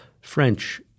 French